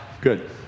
Good